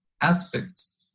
aspects